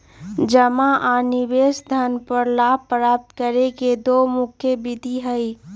जमा आ निवेश धन पर लाभ प्राप्त करे के दु मुख्य विधि हइ